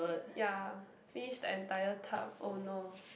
ya finish the entire tub oh no